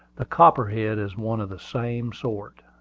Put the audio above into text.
the copperhead is one of the same sort.